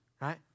Right